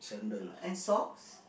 and socks